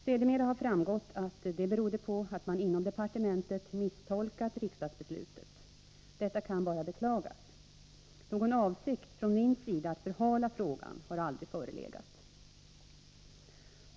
Sedermera har det framgått att det berodde på att man inom departementet misstolkat riksdagsbeslutet. Detta kan bara beklagas. Någon avsikt från min sida att förhala frågan har aldrig förelegat.